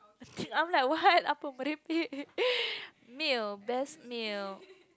I am like what meal best meal